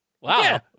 Wow